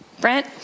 Brent